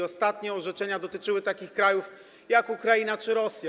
Ostatnie orzeczenia dotyczyły takich krajów jak Ukraina czy Rosja.